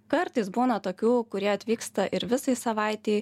kartais būna tokių kurie atvyksta ir visai savaitei